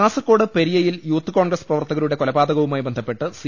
കാസർകോട് പെരിയയിൽ Youth Congress പ്രവർത്തക രുടെ കൊലപാതകവുമായി ബന്ധപ്പെട്ട് സി